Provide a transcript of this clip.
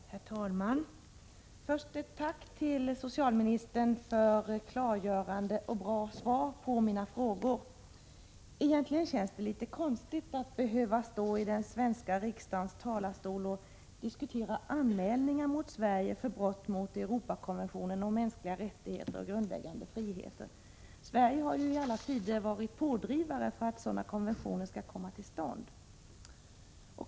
Herr talman! Först ett tack till socialministern för ett klargörande och bra svar på mina frågor. Egentligen känns det litet konstigt att behöva stå i den svenska riksdagens talarstol och diskutera anmälningar mot Sverige för brott mot Europakonventionen om mänskliga rättigheter och grundläggande friheter. Sverige har i alla tider varit pådrivare för att sådana konventioner skall komma till stånd.